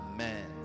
Amen